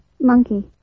monkey